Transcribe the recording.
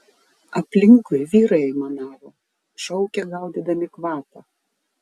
aplinkui vyrai aimanavo šaukė gaudydami kvapą